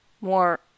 more